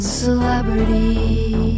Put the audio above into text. celebrity